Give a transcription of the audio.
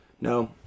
No